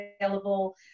available